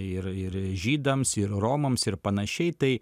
ir ir žydams ir romams ir panašiai tai